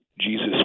Jesus